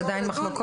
יש עדיין מחלוקות?